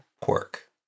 Pork